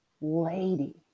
lady